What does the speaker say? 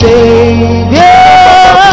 Savior